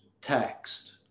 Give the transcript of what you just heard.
text